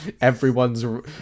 everyone's